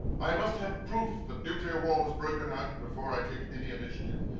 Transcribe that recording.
i must have proof that nuclear war has broken out before i take any initiative.